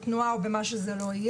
בתנועה וכדומה.